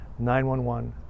911